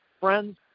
friends